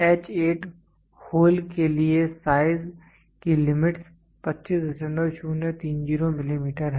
H 8 hole के लिए size की लिमिटस् 25030 मिलीमीटर है